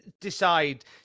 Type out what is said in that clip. decide